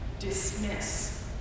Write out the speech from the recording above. dismiss